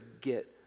get